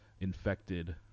infected